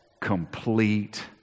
complete